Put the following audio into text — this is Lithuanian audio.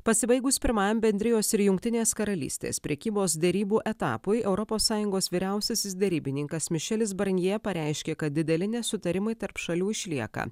pasibaigus pirmajam bendrijos ir jungtinės karalystės prekybos derybų etapui europos sąjungos vyriausiasis derybininkas mišelis barnje pareiškė kad dideli nesutarimai tarp šalių išlieka